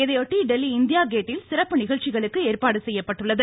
இதையொட்டி டெல்லி இந்தியா கேட்டில் சிறப்பு நிகழ்ச்சிகளுக்கு ஏற்பாடு செய்யப்பட்டுள்ளது